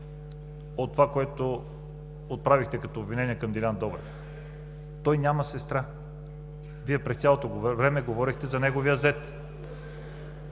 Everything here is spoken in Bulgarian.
от това, което отправихте като обвинения към Делян Добрев? Той няма сестра, Вие през цялото време говорихте за неговия зет.